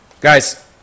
guys